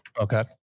Okay